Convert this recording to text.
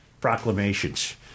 proclamations